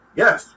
yes